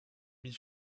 mit